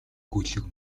гөлөг